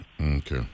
Okay